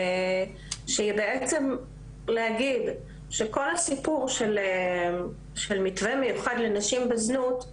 שהיא בעצם להגיד שכל הסיפור של מתווה מיוחד לנשים בזנות,